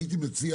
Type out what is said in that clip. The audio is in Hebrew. אני הייתי מציע,